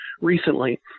recently